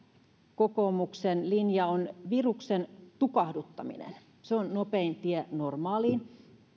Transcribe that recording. kokoomuksen linja on viruksen tukahduttaminen se on nopein tie normaaliin